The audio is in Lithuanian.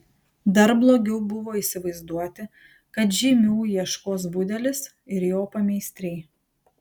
dar blogiau buvo įsivaizduoti kad žymių ieškos budelis ir jo pameistriai